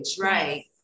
right